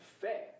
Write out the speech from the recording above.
Fair